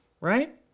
right